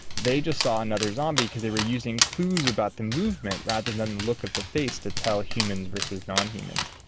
they just saw another zombie because they were using clues about the movement rather than look of the face to tell humans versus non-humans.